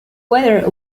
weather